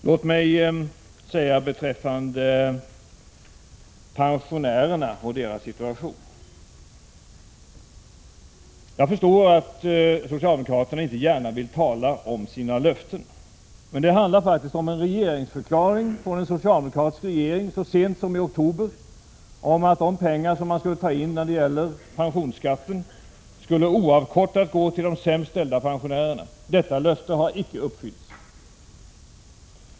Låt mig säga följande om pensionärerna och deras situation. Jag förstår att socialdemokraterna inte gärna vill tala om sina löften. Men det handlar faktiskt om en regeringsförklaring från en socialdemokratisk regering. Så sent som i oktober förra året lovade regeringen att de pengar som skulle tas in genom pensionsskatten oavkortat skulle gå till de sämst ställda pensionärerna. Detta löfte har icke uppfyllts.